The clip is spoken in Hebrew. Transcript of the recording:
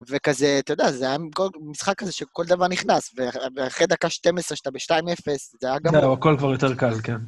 וכזה, אתה יודע, זה היה משחק כזה שכל דבר נכנס, ואחרי דקה 12 שאתה ב-2.0, זה היה גמור. כן, או הכל כבר יותר קל, כן.